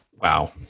Wow